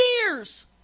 Years